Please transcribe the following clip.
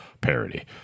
parody